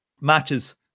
matches